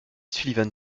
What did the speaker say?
sullivan